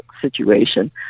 situation